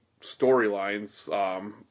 storylines